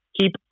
keep